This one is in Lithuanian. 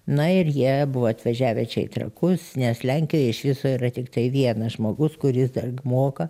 na ir jie buvo atvažiavę čia į trakus nes lenkijoj iš viso yra tiktai vienas žmogus kuris dar moka